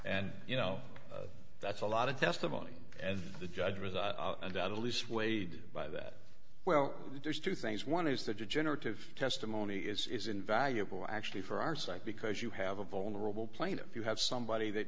and you know that's a lot of testimony and the judge was i'll undoubtedly swayed by that well there's two things one is that degenerative testimony is invaluable actually for our side because you have a vulnerable plaintiff you have somebody that